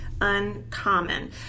uncommon